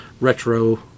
retro